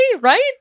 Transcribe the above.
right